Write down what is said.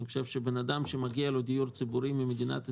אני חושב שאדם שמגיע לו דיור ציבורי ממדינת ישראל,